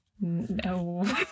No